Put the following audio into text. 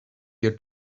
your